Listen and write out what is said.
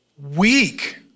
weak